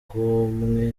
urwo